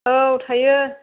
औ थायो